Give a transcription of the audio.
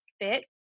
fit